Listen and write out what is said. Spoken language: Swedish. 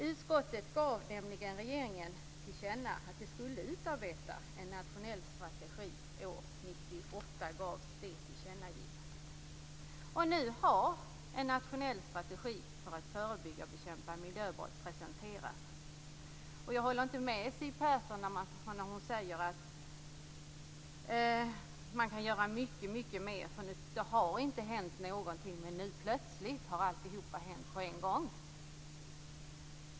Utskottet gav nämligen regeringen till känna att det skulle utarbetas en nationell strategi. År 1998 gavs det tillkännagivandet. Nu har en nationell strategi för att förebygga och bekämpa miljöbrott presenterats. Jag håller inte med Siw Persson när hon säger att man kan göra mycket mer. Det har inte hänt någonting, men nu plötsligt har alltihop hänt på en gång.